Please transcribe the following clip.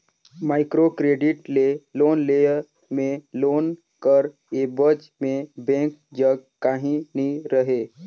micro credit ले loan लेय में लोन कर एबज में बेंक जग काहीं नी रहें